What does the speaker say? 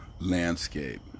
landscape